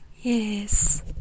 Yes